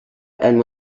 and